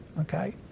okay